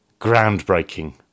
groundbreaking